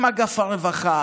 עם אגף הרווחה,